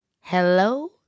Hello